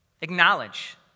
Acknowledge